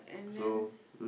so